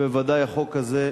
בוודאי החוק הזה,